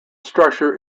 structure